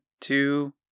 two